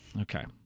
Okay